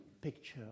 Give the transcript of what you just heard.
picture